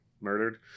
murdered